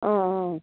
অঁ অঁ